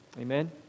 Amen